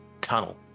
tunnel